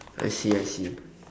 I see I see